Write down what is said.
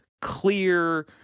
clear